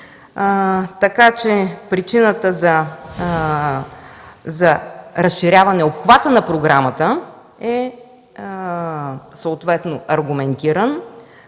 Така че причината за разширяване на обхвата на програмата е аргументирана,